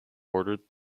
ordered